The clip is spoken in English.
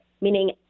meaning